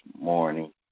morning